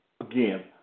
again